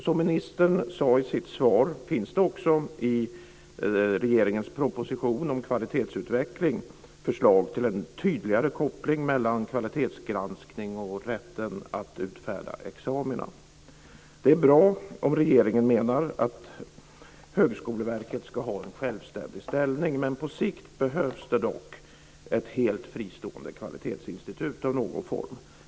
Som ministern sade i sitt svar finns det också i regeringens proposition om kvalitetsutveckling förslag till en tydligare koppling mellan kvalitetsgranskning och rätten att utfärda examina. Det är bra om regeringen menar att Högskoleverket ska ha en självständig ställning, men på sikt behövs det dock ett helt fristående kvalitetsinstitut i någon form.